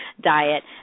diet